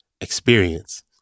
experience